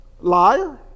liar